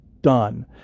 done